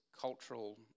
cultural